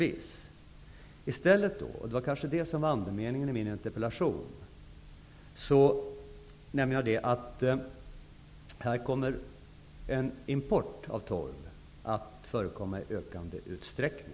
I stället kommer en import av torv att förekomma i ökande utsträckning. Det var anledningen till min interpellation.